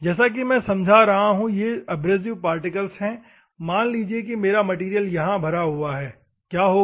जैसा कि मैं समझा रहा हूं ये एब्रेसिव पार्टिकल्स हैं मान लीजिए कि मेरा मैटेरियल यहां भरा हुआ है क्या होगा